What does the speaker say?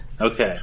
Okay